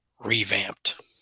revamped